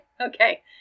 Okay